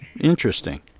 Interesting